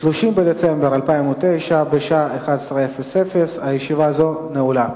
30 בדצמבר 2009, בשעה 11:00. ישיבה זו נעולה.